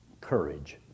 courage